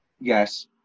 Yes